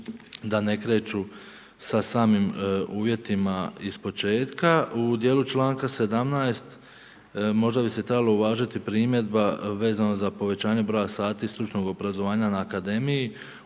da ne kreću sa samim uvjetima ispočetka. U djelu članka 17. možda bi se trebalo uvažiti primjedba vezano za povećanje broja sati stručnog obrazovanja na akademiji,